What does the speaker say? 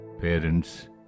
parents